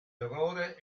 errore